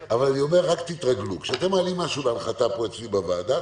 תתרגלו שכאשר אתם מעלים משהו להנחתה פה אצלי בוועדה,